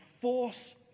force